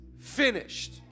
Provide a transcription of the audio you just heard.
finished